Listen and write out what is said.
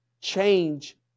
change